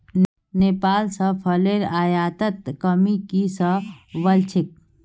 नेपाल स फलेर आयातत कमी की स वल छेक